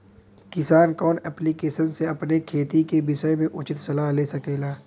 किसान कवन ऐप्लिकेशन से अपने खेती के विषय मे उचित सलाह ले सकेला?